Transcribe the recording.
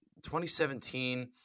2017